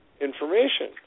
information